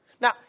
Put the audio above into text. Now